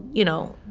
you know,